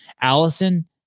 Allison